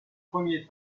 premier